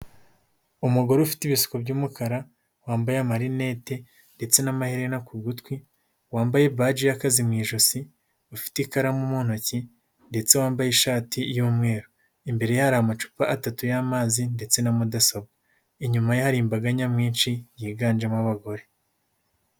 Umugore ufite ibisuko by'umukara wambaye amarinete ndetse n'amaherena ku gutwi, wambaye baji y'akazi mu ijosi, ufite ikaramu mu ntoki ndetse wambaye ishati y'umweru, imbere ye hari amacupa atatu y'amazi ndetse na mudasobwa, inyuma ye hari imbaga nyamwinshi yiganjemo abagore.